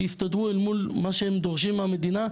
שיסתדרו אל מול מה שהם דורשים מהמדינה,